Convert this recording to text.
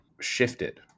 shifted